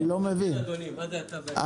אני לא מבין את אדוני, מה זה אתה ואני?